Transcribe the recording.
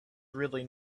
really